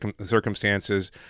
circumstances